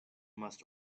must